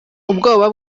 ubwoba